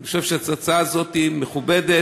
אני חושב שההצעה הזאת מכובדת.